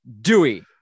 Dewey